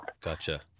Gotcha